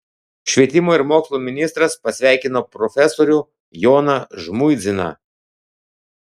švietimo ir mokslo ministras pasveikino profesorių joną žmuidziną